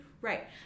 Right